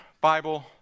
Bible